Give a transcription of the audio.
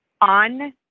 on